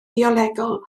biolegol